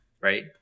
right